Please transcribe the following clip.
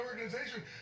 organization